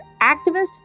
activist